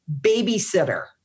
babysitter